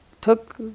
took